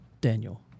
Daniel